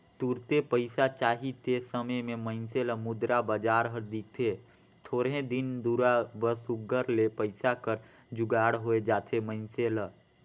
तुरते पइसा चाही ते समे में मइनसे ल मुद्रा बजार हर दिखथे थोरहें दिन दुरा बर सुग्घर ले पइसा कर जुगाड़ होए जाथे मइनसे ल